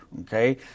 okay